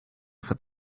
for